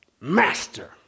Master